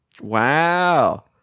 Wow